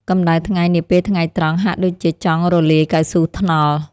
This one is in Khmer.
កម្ដៅថ្ងៃនាពេលថ្ងៃត្រង់ហាក់ដូចជាចង់រលាយកៅស៊ូថ្នល់។